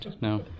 No